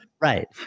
Right